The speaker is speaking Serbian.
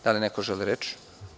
Da li neko želi reč?